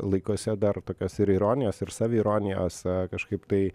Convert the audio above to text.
laikuose dar tokios ir ironijos ir saviironijos kažkaip tai